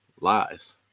lies